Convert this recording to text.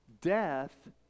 death